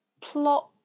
plot